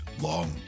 Long